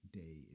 day